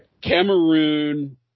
Cameroon